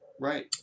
right